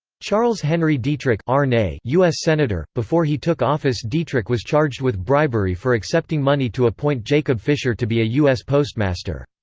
charles henry dietrich um us senator, before he took office dietrich was charged with bribery for accepting money to appoint jacob fisher to be a us postmaster.